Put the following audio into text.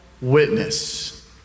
Witness